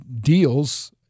deals